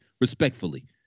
respectfully